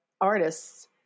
artists